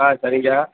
ஆ சரிங்க